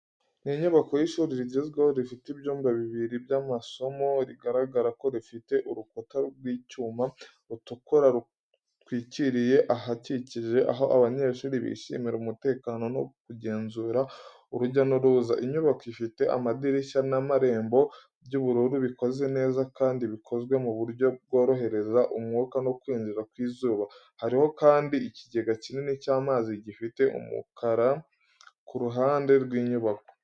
Ni inyubako y'ishuri rigezweho rifite ibyumba bibiri by'amasomo. Rigaragara ko rifite urukuta rw'icyuma rutukura rutwikiriye ahakikije aho abanyeshuri bishimira umutekano no kugenzura urujya n'uruza. Inyubako ifite amadirishya n'amarembo by'ubururu bikoze neza kandi bikozwe mu buryo bworohereza umwuka no kwinjira kw'izuba. Hariho kandi ikigega kinini cy'amazi gifite umukara ku ruhande rw'inyubako.